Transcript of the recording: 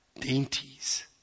dainties